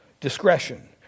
discretion